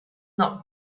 not